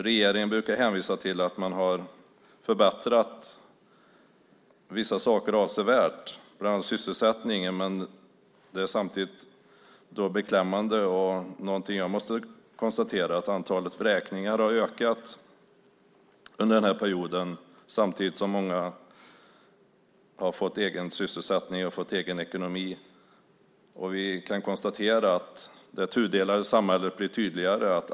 Regeringen brukar hänvisa till att man har förbättrat vissa saker avsevärt, bland annat sysselsättningen. Då är det beklämmande att jag måste konstatera att antalet vräkningar har ökat under den här perioden samtidigt som många har fått en sysselsättning och en egen ekonomi. Vi kan konstatera att det tudelade samhället blir tydligare.